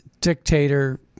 dictator